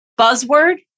buzzword